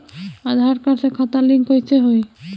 आधार card से खाता link कईसे होई?